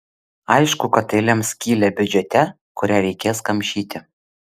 aišku kad tai lems skylę biudžete kurią reikės kamšyti